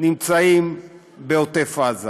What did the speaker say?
נמצאים בעוטף עזה.